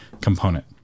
component